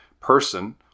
person